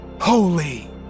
holy